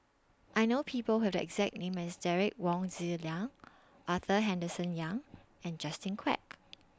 I know People Who Have The exact name as Derek Wong Zi Liang Arthur Henderson Young and Justin Quek